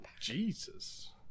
jesus